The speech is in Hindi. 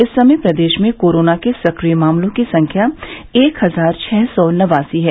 इस समय प्रदेश में कोरोना के सक्रिय मामलों की संख्या एक हजार छः सौ नवासी है